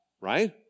right